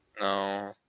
No